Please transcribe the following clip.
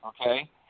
Okay